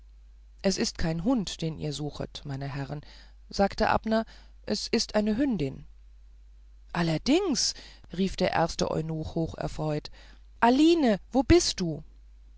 es ist kein hund den ihr suchet meine herrn sagte abner es ist eine hündin allerdings rief der erste eunuch hocherfreut aline wo bist du